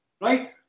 Right